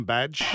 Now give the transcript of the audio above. Badge